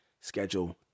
Schedule